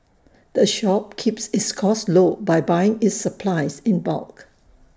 the shop keeps its costs low by buying its supplies in bulk